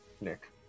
Nick